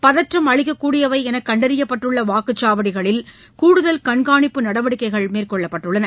பதற்றம் அளிக்க்கூடியவை என கண்டறியப்பட்டுள்ள வாக்குச்சாவடிகளில் கூடுதல் கண்காணிப்பு நடவடிக்கைகள் மேற்கொள்ளப்பட்டுள்ளன